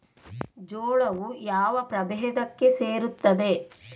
ಜೋಳವು ಯಾವ ಪ್ರಭೇದಕ್ಕೆ ಸೇರುತ್ತದೆ?